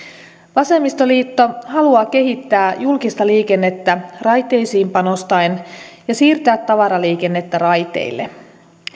vasemmistoliitto haluaa kehittää julkista liikennettä raiteisiin panostaen ja siirtää tavaraliikennettä raiteille